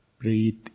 Breathe